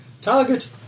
target